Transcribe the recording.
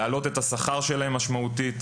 להעלות את השכר שלהן משמעותית.